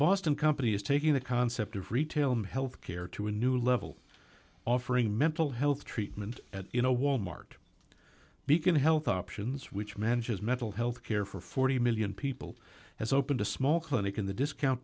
boston company is taking the concept of retail my health care to a new level offering mental health treatment at you know wal mart beacon health options which manages mental health care for forty million people has opened a small clinic in the discount